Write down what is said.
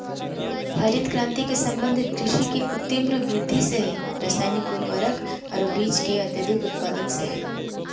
हरित क्रांति के संबंध कृषि के ऊ तिब्र वृद्धि से हई रासायनिक उर्वरक आरो बीज के अत्यधिक उत्पादन से हई